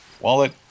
Wallet